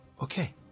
okay